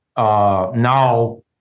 Now